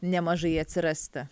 nemažai atsirasti